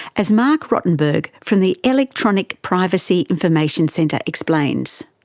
as marc rotenberg from the electronic privacy information center explains.